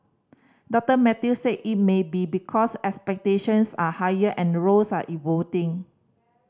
Doctor Mathews said it may be because expectations are higher and roles are evolving